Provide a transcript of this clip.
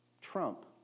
Trump